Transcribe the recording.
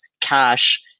cash